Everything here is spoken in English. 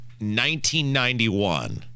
1991